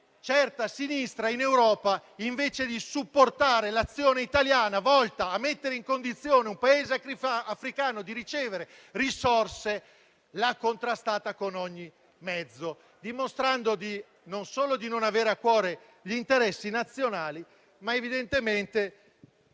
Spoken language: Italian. certa sinistra in Europa, invece di supportare l'azione italiana, volta a mettere in condizione un Paese africano di ricevere risorse, l'ha contrastata con ogni mezzo, dimostrando, non solo di non avere a cuore gli interessi nazionali, ma evidentemente